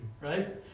Right